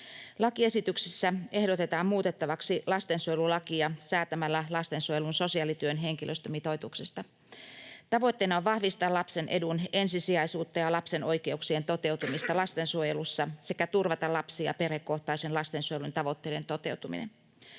Lakiesityksessä ehdotetaan muutettavaksi lastensuojelulakia säätämällä lastensuojelun sosiaalityön henkilöstömitoituksesta. Tavoitteena on vahvistaa lapsen edun ensisijaisuutta ja lapsen oikeuksien toteutumista lastensuojelussa sekä turvata lapsi- ja perhekohtaisen lastensuojelun tavoitteiden toteutuminen.